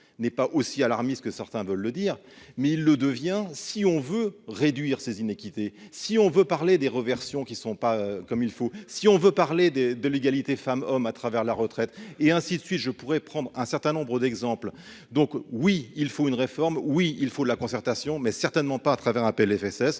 n'est pas aussi alarmistes que certains veulent le dire, mais il le devient si on veut réduire ses inéquité si on veut parler des réversion qui ne sont pas comme il faut, si on veut parler des de l'égalité femmes-hommes à travers la retraite et ainsi de suite, je pourrais prendre un certain nombre d'exemples, donc oui il faut une réforme, oui il faut de la concertation, mais certainement pas à travers un PLFSS